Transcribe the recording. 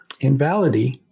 invalidity